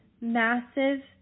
Massive